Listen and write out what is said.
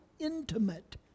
intimate